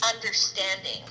understanding